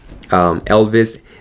Elvis